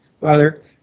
Father